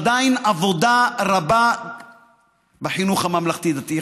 עדיין יש עבודה רבה בחינוך הממלכתי-דתי,